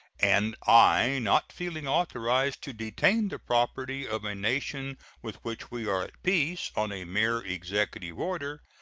and i not feeling authorized to detain the property of a nation with which we are at peace on a mere executive order,